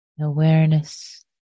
awareness